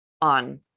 on